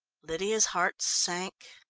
lydia's heart sank.